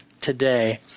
today